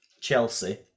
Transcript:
Chelsea